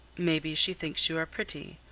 maybe she thinks you are pretty.